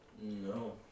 No